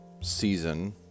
season